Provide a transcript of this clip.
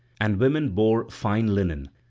and women bore fine linen,